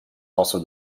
also